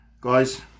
Guys